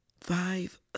Five